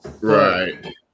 Right